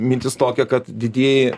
mintis tokia kad didieji